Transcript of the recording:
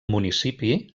municipi